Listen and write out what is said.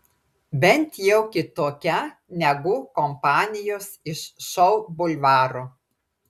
bent jau kitokia negu kompanijos iš šou bulvaro